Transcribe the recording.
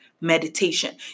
meditation